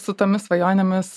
su tomis svajonėmis